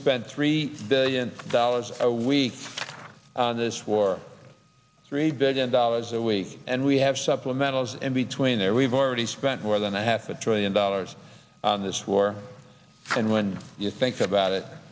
spent three billion dollars a week this war three billion dollars a week and we have supplementals and between there we've already spent more than a half a trillion dollars on this war and when you think about it